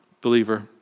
believer